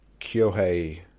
Kyohei